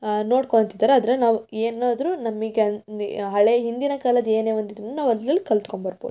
ನೋಡ್ಕೋತಿದ್ದಾರೆ ಅದ್ರಲ್ಲಿ ನಾವು ಏನಾದರೂ ನಮಗೆ ಹಳೆಯ ಹಿಂದಿನ ಕಾಲದ ಏನೇ ಒಂದು ಇದ್ದರು ನಾವು ಅದ್ರಲ್ಲಿ ಕಲಿತ್ಕೊಂಡ್ಬರ್ಬೋದು